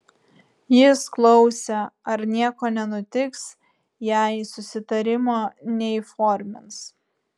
jis klausė ar nieko nenutiks jei susitarimo neįformins